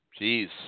Jeez